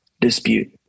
dispute